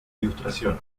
ilustración